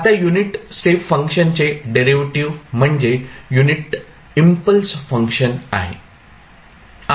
आता unit step फंक्शनचे derivative म्हणजे युनिट इम्पल्स फंक्शन आहे